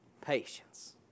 patience